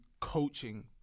coaching